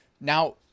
Now